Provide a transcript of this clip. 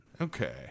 Okay